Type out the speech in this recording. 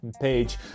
Page